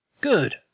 Good